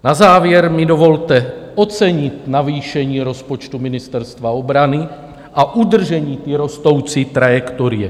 Na závěr mi dovolte ocenit navýšení rozpočtu Ministerstva obrany a udržení rostoucí trajektorie.